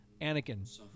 Anakin